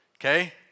Okay